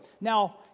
Now